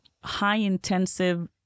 high-intensive